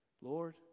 Lord